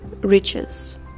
riches